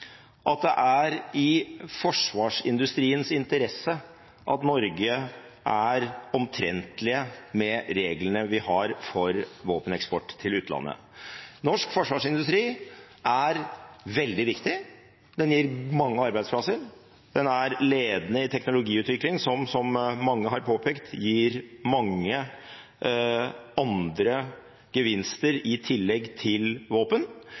at det er i forsvarsindustriens interesse at Norge er omtrentlig med reglene vi har for våpeneksport til utlandet. Norsk forsvarsindustri er veldig viktig. Den gir mange arbeidsplasser, og den er ledende i teknologiutvikling – som mange har påpekt gir mange andre gevinster i tillegg til våpen